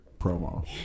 promo